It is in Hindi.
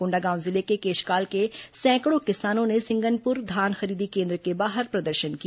कोंडागांव जिले के केशकाल के सैकड़ों किसानों ने सिंगनपुर धान खरीदी केंद्र के बाहर प्रदर्शन किया